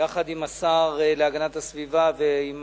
יחד עם השר להגנת הסביבה ועם